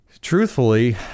Truthfully